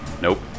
Nope